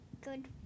Good